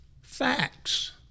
facts